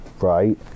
right